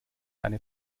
eine